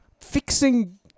Fixing